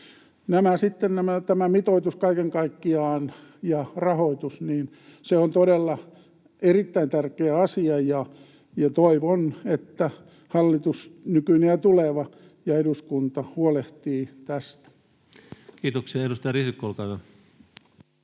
tämä mitoitus kaiken kaikkiaan ja rahoitus ovat todella erittäin tärkeitä asioita, ja toivon, että hallitus, nykyinen ja tuleva, ja eduskunta huolehtivat niistä. [Speech 175] Speaker: